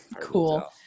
cool